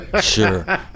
Sure